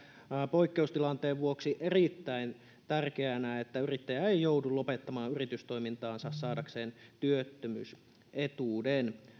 poikkeustilanteen vuoksi erittäin tärkeänä että yrittäjä ei joudu lopettamaan yritystoimintaansa saadakseen työttömyysetuuden